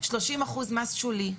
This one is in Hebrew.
30 אחוזים מס שולי,